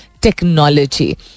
technology